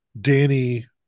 danny